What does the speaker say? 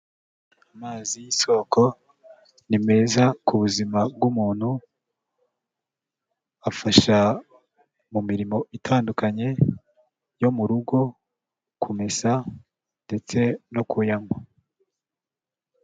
Amazi y'isoko ni meza ku buzima bw'umuntu, afasha mu mirimo itandukanye yo mu rugo, kumesa, ndetse no kuyanywa.